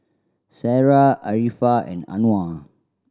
Sarah Arifa and Anuar